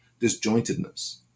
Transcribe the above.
disjointedness